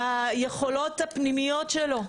ליכולות הפנימיות שלו.